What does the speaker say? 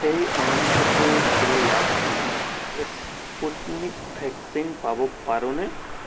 মই অনন্তপুৰ জিলাত Sputnik vaccine পাব পাৰোঁনে